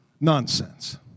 nonsense